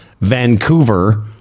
Vancouver